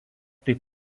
taip